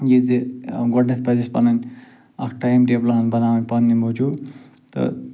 یہِ زِ گۄڈٕنٮ۪تھ پَزِ اَسہِ پنٕنۍ اکھ ٹایم ٹیبلہٕ ہن بناوٕنۍ پنٛنہِ موٗجوٗب تہٕ